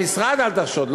במשרד אל תחשוד.